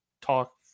talk